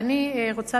אני רוצה